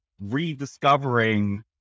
rediscovering